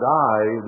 die